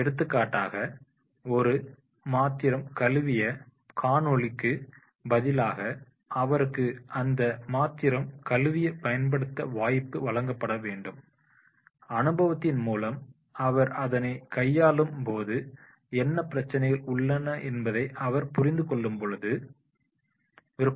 எடுத்துக்காட்டாக ஒரு ஒரு பாத்திரம் கழுவிய காணொளி க்கு பதிலாக அவருக்கு அந்த பாத்திரம் கழுவி பயன்படுத்த வாய்ப்பு வழங்க வேண்டும் அனுபவத்தின் மூலம் அவர் அதனை கையாளும் போது என்ன பிரச்சனைகள் உள்ளன என்பதை அவர் புரிந்து கொள்ள போதும்